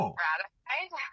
ratified